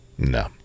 No